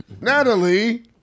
Natalie